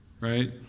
Right